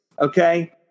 okay